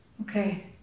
Okay